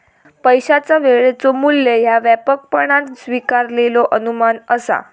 पैशाचा वेळेचो मू्ल्य ह्या व्यापकपणान स्वीकारलेलो अनुमान असा